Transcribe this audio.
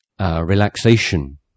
Relaxation